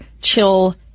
chill